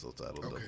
Okay